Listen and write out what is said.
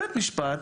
בית משפט